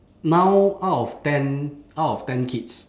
now out of ten out of ten kids